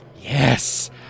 Yes